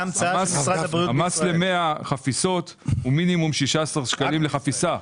אז המס ל-100 חפיסות הוא מינימום 16 שקלים לחפיסה.